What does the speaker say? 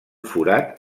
forat